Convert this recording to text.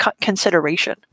consideration